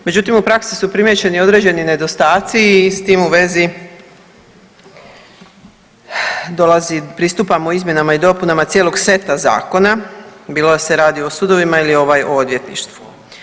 Međutim, u praksi su primijećeni određeni nedostaci i s tim u vezi dolazi, pristupamo izmjenama i dopunama cijelog seta zakona bilo da se radi o sudovima ili ovaj o odvjetništvu.